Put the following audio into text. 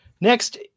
Next